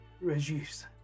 regis